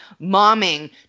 momming